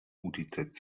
utz